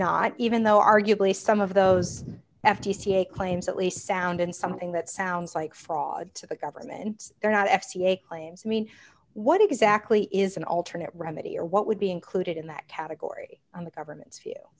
not even though arguably some of those f t c claims at least sound in something that sounds like fraud to the government they're not f c a claims i mean what exactly is an alternate remedy or what would be included in that category on the government